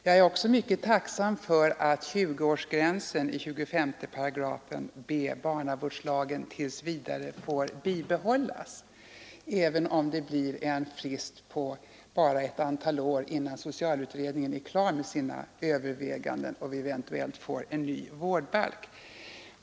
Jag är också mycket tacksam för att 20-årsgränsen i 25 §b barnavårdslagen tills vidare får bibehållas, även om det bara blir en frist på ett antal år tills socialutredningen är klar med sina överväganden och vi eventuellt får en ny vårdbalk.